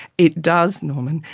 it does norman,